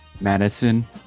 Madison